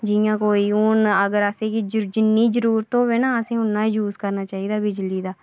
जि'यां कोई हून अगर असें गी जिन्नी जरुरत होऐ ना असें गी उन्ना गै यूज करना चाहिदा बिजली दा